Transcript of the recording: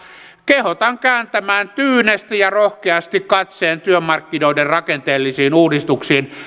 kehotan kääntämään tyynesti ja rohkeasti katseen työmarkkinoiden rakenteellisiin uudistuksiin